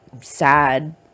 sad